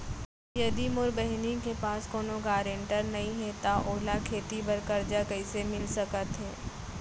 यदि मोर बहिनी के पास कोनो गरेंटेटर नई हे त ओला खेती बर कर्जा कईसे मिल सकत हे?